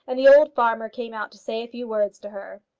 and the old farmer came out to say a few words to her.